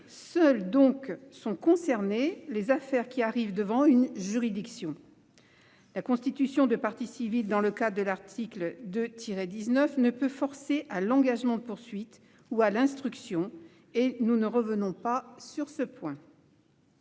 Seules, donc, sont concernées les affaires qui arrivent devant une juridiction. La constitution de partie civile dans le cadre de l'article 2-19 ne peut forcer à l'engagement de poursuites ou à l'instruction, et nous ne revenons pas sur ce point.